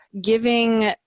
giving